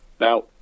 Now